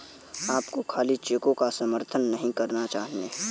आपको खाली चेकों का समर्थन नहीं करना चाहिए